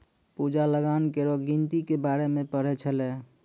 पूजा लगान केरो गिनती के बारे मे पढ़ै छलै